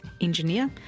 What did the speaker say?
engineer